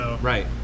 Right